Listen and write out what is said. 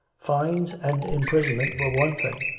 fines and imprisonment were one thing